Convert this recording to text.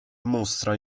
mostra